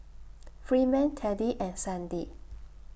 Freeman Teddy and Sandi